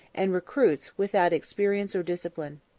and recruits without experience or discipline.